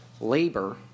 labor